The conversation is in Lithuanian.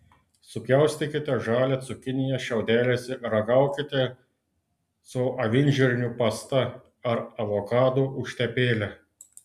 supjaustykite žalią cukiniją šiaudeliais ir ragaukite su avinžirnių pasta ar avokadų užtepėle